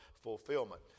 fulfillment